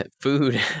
food